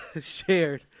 shared